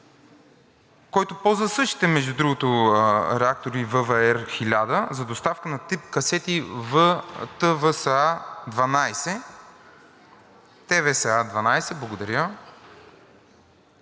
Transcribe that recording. който ползва същите, между другото, реактори ВВЕР-1000, за доставка на тип касети ТВСА-12, които